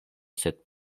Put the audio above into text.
sed